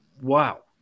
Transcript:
wow